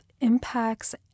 impacts